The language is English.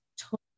total